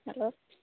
hello